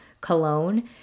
cologne